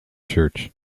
church